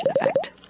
effect